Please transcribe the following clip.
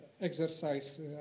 exercise